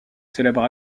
célèbre